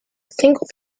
single